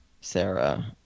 Sarah